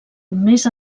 més